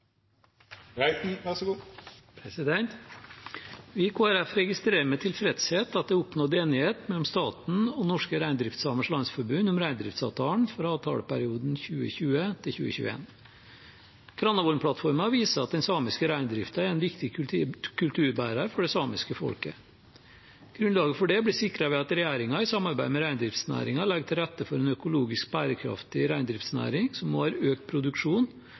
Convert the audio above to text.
oppnådd enighet mellom staten og Norske Reindriftsamers Landsforbund om reindriftsavtalen for avtaleperioden 2020/2021. Granavolden-plattformen viser at den samiske reindriften er en viktig kulturbærer for det samiske folket. Grunnlaget for det ble sikret ved at regjeringen i samarbeid med reindriftsnæringen legger til rette for en økologisk, bærekraftig reindriftsnæring, som også har økt produksjon